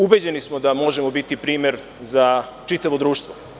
Ubeđeni smo da možemo biti primer za čitavo društvo.